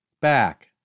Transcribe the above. back